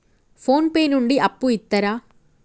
Phone pay నుండి అప్పు ఇత్తరా?